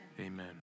amen